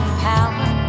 power